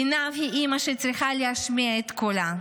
עינב היא אימא שצריכה להשמיע את קולה.